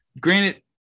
granted